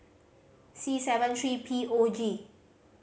C seven three P O G